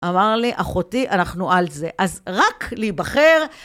אמר לי, אחותי, אנחנו על זה, אז רק להיבחר.